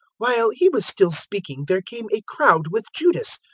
while he was still speaking there came a crowd with judas,